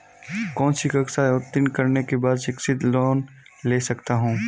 कौनसी कक्षा उत्तीर्ण करने के बाद शिक्षित लोंन ले सकता हूं?